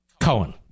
Cohen